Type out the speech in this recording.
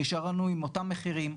נשארנו עם אותם מחירים.